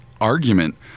argument